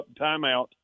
timeout